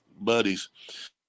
buddies